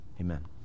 amen